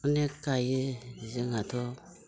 अनेक गायो जोंहाथ'